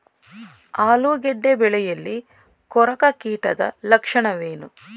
ಆಲೂಗೆಡ್ಡೆ ಬೆಳೆಯಲ್ಲಿ ಕೊರಕ ಕೀಟದ ಲಕ್ಷಣವೇನು?